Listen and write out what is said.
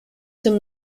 zum